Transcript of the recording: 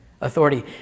authority